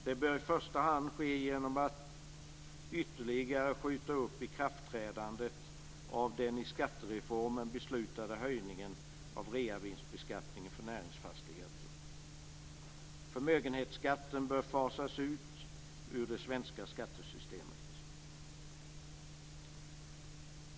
Det bör i första hand ske genom att man ytterligare skjuter upp ikraftträdandet av den i skattereformen beslutade höjningen av reavinstbeskattningen för näringsfastigheter. Förmögenhetsskatten bör fasas ut ur det svenska skattesystemet.